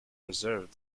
preserved